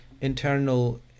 internal